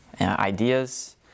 ideas